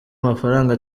mafaranga